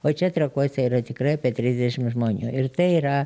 o čia trakuose yra tikrai apie trisdešim žmonių ir tai yra